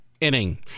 inning